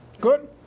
Good